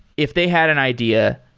if they had an idea,